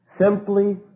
Simply